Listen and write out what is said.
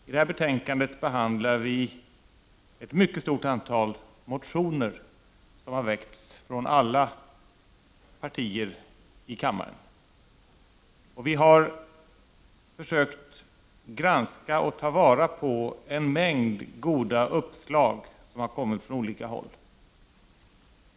I detta betänkande behandlar vi ett mycket stort antal motioner som har väckts av alla partier i kammaren. Vi har försökt granska och ta vara på en mängd goda uppslag som har kommit från olika håll.